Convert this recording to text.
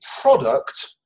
product